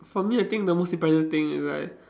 for me I think the most impressive thing is like